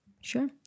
sure